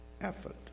effort